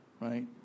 right